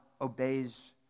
obeys